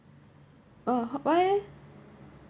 oh why ah